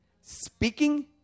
speaking